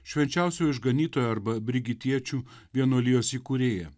švenčiausiojo išganytojo arba brigitiečių vienuolijos įkūrėja